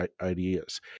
ideas